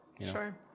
Sure